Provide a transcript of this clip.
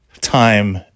time